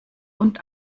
und